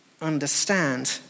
understand